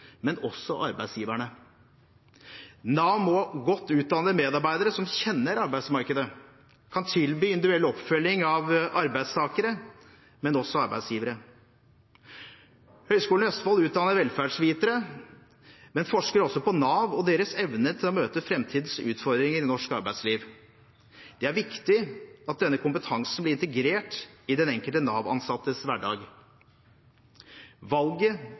Nav må ha godt utdannede medarbeidere som kjenner arbeidsmarkedet, kan tilby individuell oppfølging av arbeidstakere og også av arbeidsgivere. Høgskolen i Østfold utdanner velferdsvitere, men forsker også på Nav og deres evne til å møte framtidens utfordringer i norsk arbeidsliv. Det er viktig at denne kompetansen blir integrert i den enkelte Nav-ansattes hverdag. Valget